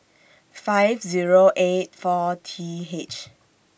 five Zero eight four T H